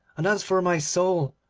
and as for my soul,